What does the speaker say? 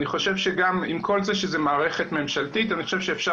עם כל זה שזו מערכת ממשלתית אני חושב שאפשר